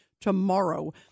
tomorrow